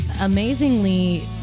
amazingly